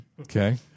Okay